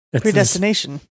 predestination